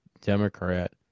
Democrat